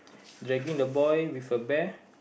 dragging the boy with a bear